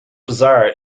bazaar